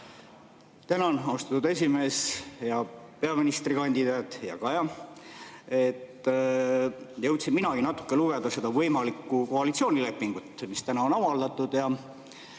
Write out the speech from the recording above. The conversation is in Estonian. Tänan, austatud esimees! Hea peaministrikandidaat, hea Kaja! Jõudsin minagi natuke lugeda seda võimalikku koalitsioonilepingut, mis täna avaldati.